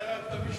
אתה עירבת משפחה,